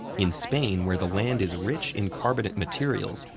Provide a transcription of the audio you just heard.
in spain, where the land is rich in carbonate materials,